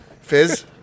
fizz